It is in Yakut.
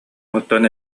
оттон